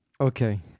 Okay